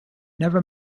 never